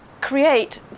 create